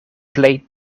plej